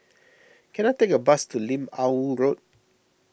can I take a bus to Lim Ah Woo Road